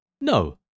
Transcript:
No